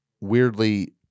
weirdly